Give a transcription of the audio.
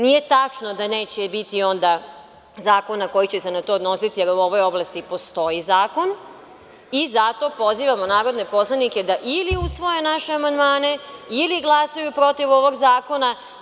Nije tačno da onda neće biti zakona koji će se na to odnositi, jer u ovoj oblasti postoji zakon i zato pozivamo narodne poslanike da ili usvoje naše amandmane ili glasaju protiv ovog zakona.